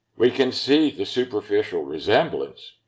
we can see the superficial resemblance,